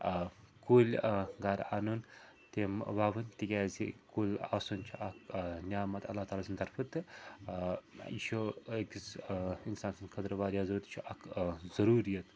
آ کُلۍ آ گَرٕ اَنُن تِم وَوٕنۍ تِکیٛازِ کُلۍ آسُن چھُ اکھ آ نعمت اللہ تعالیٰ سٕنٛد طرفہٕ تہٕ آ یہِ چھُ أکِس آ اِنسان سٕنٛدِ خٲطرٕ واریاہ ضروٗرت یہِ چھُ اَکھ آ ضروٗرِیت